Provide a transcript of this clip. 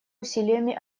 усилиями